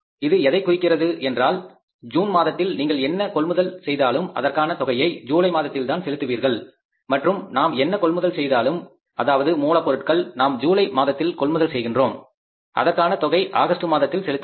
இ து எதை குறிக்கிறது என்றால் ஜூன் மாதத்தில் நீங்கள் என்ன கொள்முதல் செய்தாலும் அதற்கான தொகையை ஜூலை மாதத்தில்தான் செலுத்துவீர்கள் மற்றும் நாம் என்ன கொள்முதல் செய்தாலும் அதாவது மூலப்பொருட்கள் நாம் ஜூலை மாதத்தில் கொள்முதல் செய்கின்றோம் அதற்கான தொகை ஆகஸ்ட் மாதத்தில் செலுத்தப்படும்